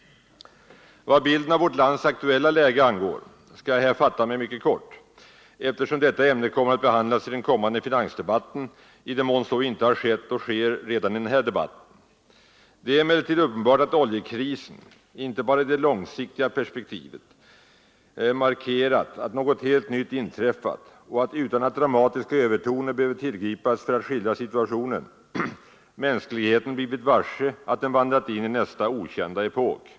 Vad bilden av vårt lands aktuella läge angår skall jag fatta mig mycket kort, eftersom detta ämne kommer att behandlas i den kommande finansdebatten, i den mån så inte har skett och sker redan i denna debatt. Det är emellertid uppenbart att oljekrisen inte bara i det långsiktiga perspektivet markerar att något helt nytt har inträffat som gör att man utan att tillgripa några dramatiska övertoner kan säga att mänskligheten har blivit varse att den vandrat in i nästa, okända epok.